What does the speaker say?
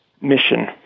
mission